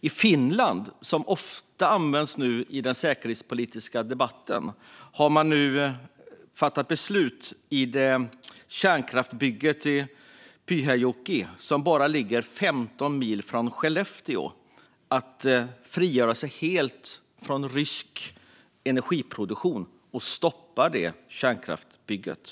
I Finland, som just nu ofta används som exempel i den säkerhetspolitiska debatten, har man gällande kärnkraftsbygget i Pyhäjoki - som ligger bara 15 mil från Skellefteå - fattat beslut om att helt frigöra sig från rysk energiproduktion och därmed stoppa kärnkraftsbygget.